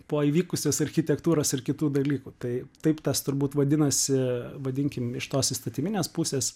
po įvykusios architektūros ir kitų dalykų tai taip tas turbūt vadinasi vadinkim iš tos įstatyminės pusės